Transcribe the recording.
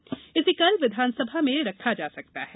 कल इसे कल विधानसभा में रखा जा सकता है